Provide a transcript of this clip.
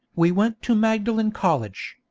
we went to magdalen college,